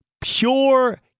pure